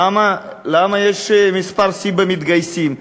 למה יש מספר שיא במתגייסים?